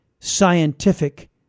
scientific